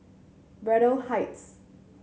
Braddell Heights